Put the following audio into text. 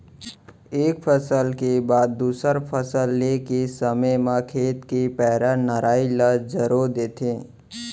एक फसल के बाद दूसर फसल ले के समे म खेत के पैरा, नराई ल जरो देथे